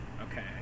Okay